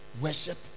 worship